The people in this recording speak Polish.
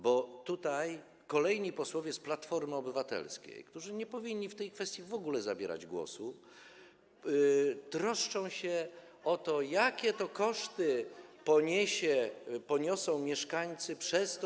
Bo kolejni posłowie z Platformy Obywatelskiej, którzy nie powinni w tej kwestii w ogóle zabierać głosu, troszczą się o to, jakie to koszty poniosą mieszkańcy przez to.